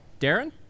Darren